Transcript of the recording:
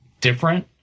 different